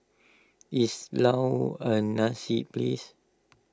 is Laos a nice place